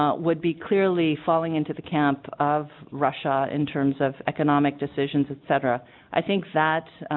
ah would be clearly falling into the camp of russia ah. in terms of economic decisions ephedra i think that